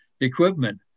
equipment